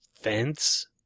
fence